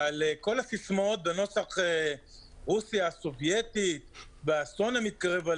אבל כל הסיסמאות בנוסח רוסיה הסובייטית והאסון המתקרב,